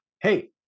hey